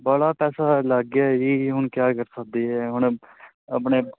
ਬਾਹਲਾ ਪੈਸਾ ਲੱਗ ਗਿਆ ਜੀ ਹੁਣ ਕਿਆ ਕਰ ਸਕਦੇ ਹੈ ਹੁਣ ਆਪਣੇ